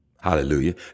Hallelujah